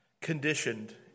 conditioned